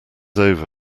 over